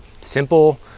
simple